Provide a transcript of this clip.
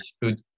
food